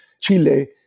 Chile